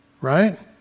right